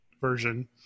version